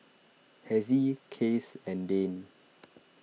Hezzie Case and Dane